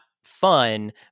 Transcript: fun